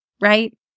right